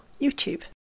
YouTube